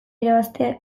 irabaztea